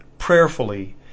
prayerfully